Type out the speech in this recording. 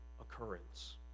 occurrence